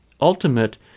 ultimate